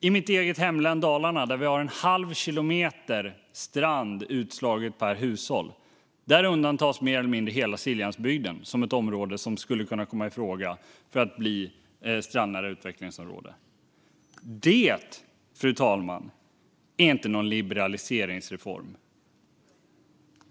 I mitt eget hemlän Dalarna, där vi har en halv kilometer strand utslaget per hushåll, undantas mer eller mindre hela Siljansbygden som ett område som skulle kunna komma ifråga för att bli ett strandnära utvecklingsområde. Fru talman! Det är inte någon liberaliseringsreform.